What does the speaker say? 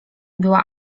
była